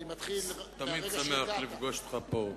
תודה רבה, אני תמיד שמח לפגוש אותך פה בדוכן.